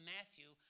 Matthew